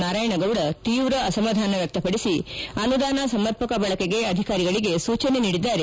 ನಾರಾಯಣಗೌಡ ತೀವ್ರ ಅಸಮಾಧಾನ ವ್ಯಕ್ತಪಡಿಸಿ ಅನುದಾನ ಸಮರ್ಪಕ ಬಳಕೆಗೆ ಅಧಿಕಾರಿಗಳಿಗೆ ಸೂಚನೆ ನೀಡಿದ್ದಾರೆ